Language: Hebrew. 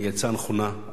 היא הצעה נכונה.